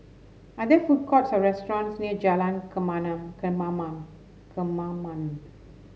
are there food courts or restaurants near Jalan Kemaman Kemaman